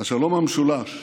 השלום המשולש,